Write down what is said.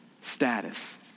status